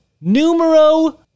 numero